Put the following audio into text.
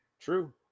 True